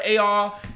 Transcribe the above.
AR